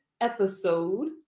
episode